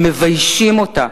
הם מביישים אותה.